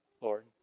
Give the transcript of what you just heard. Lord